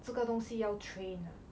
这个东西要 train ah